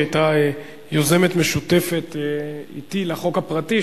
היא היתה יוזמת משותפת אתי בחוק הפרטי,